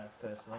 personally